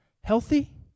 Healthy